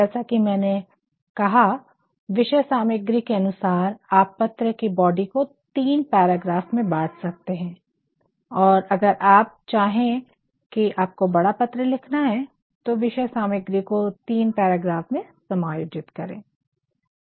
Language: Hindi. जैसा की मैंने कहा विषय सामिग्री के अनुसार आप पत्र की बॉडी को तीन पैराग्राफ में बाँट सकते है और अगर आप चाहे की आपको बड़ा पत्र लिखना है तो विषय सामग्री को तीन पैराग्राफ में समायोजित करे